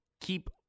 keep